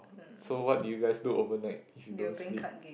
so what do you guys do overnight if you don't sleep